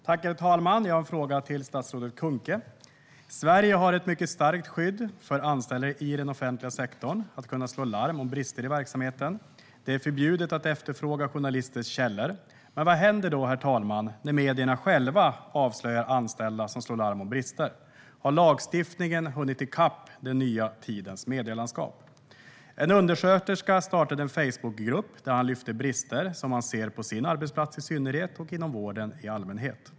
Herr talman! Jag har en fråga till statsrådet Alice Bah Kuhnke. Sverige har ett mycket starkt skydd för anställda i den offentliga sektorn som slår larm om brister i verksamheten. Det är förbjudet att efterfråga journalisters källor. Men vad händer när medierna själva avslöjar anställda som slår larm om brister? Har lagstiftningen hunnit i kapp den nya tidens medielandskap? En undersköterska startade en Facebookgrupp där han tog upp brister som han ser på sin arbetsplats i synnerhet och inom vården i allmänhet.